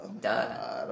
Duh